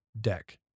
deck